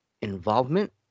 involvement